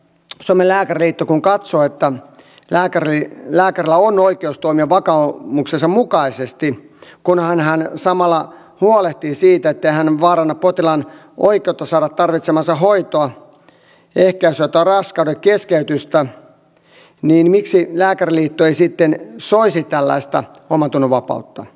kun suomen lääkäriliitto katsoo että lääkärillä on oikeus toimia vakaumuksensa mukaisesti kunhan hän samalla huolehtii siitä ettei hän vaaranna potilaan oikeutta saada tarvitsemaansa hoitoa ehkäisyä tai raskaudenkeskeytystä niin miksi lääkäriliitto ei sitten soisi tällaista omantunnonvapautta